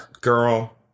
girl